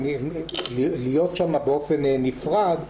להיות שם באופן נפרד,